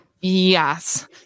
Yes